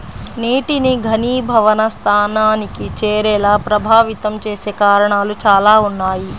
నీటిని ఘనీభవన స్థానానికి చేరేలా ప్రభావితం చేసే కారణాలు చాలా ఉన్నాయి